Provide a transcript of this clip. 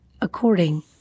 according